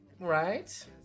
right